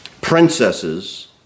princesses